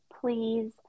please